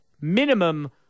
minimum